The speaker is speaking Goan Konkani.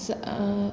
स